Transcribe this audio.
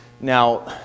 Now